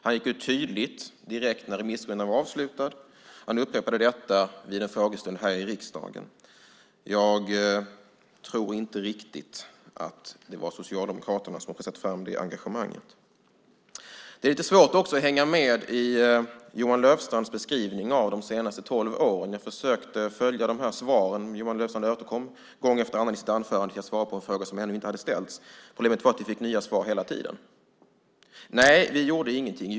Han gick ut tydligt med detta direkt när remissrundan var avslutad, och han upprepade detta vid en frågestund i riksdagen. Jag tror inte riktigt att det var Socialdemokraterna som pressade fram det engagemanget. Det är lite svårt att hänga med i Johan Löfstrands beskrivning av de senaste tolv åren. Jag försökte följa svaren. Johan Löfstrand återkom gång efter annan i sitt anförande till att svara på en fråga som ännu inte hade ställts. Problemet var att vi hela tiden fick nya svar. Nej, ni gjorde ingenting.